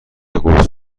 قرص